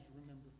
remember